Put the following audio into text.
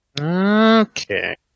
Okay